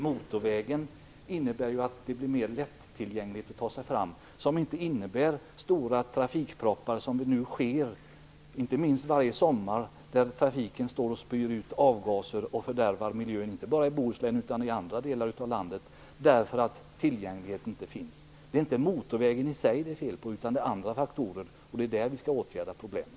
Motorvägen innebär att det blir mer lättillgängligt att ta sig fram. Det blir inte som nu stora trafikproppar, inte minst varje sommar, där trafiken står och spyr ut avgaser och fördärvar miljön inte bara i Bohuslän utan också i andra delar av landet därför att tillgänglighet inte finns. Det är inte motorvägen i sig som det är fel på, utan det handlar om andra faktorer. Det är där vi skall åtgärda problemen.